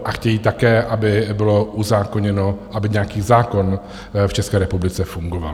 A chtějí také, aby bylo uzákoněno, aby nějaký zákon v České republice fungoval.